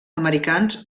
americans